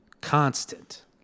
constant